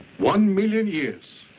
one million years.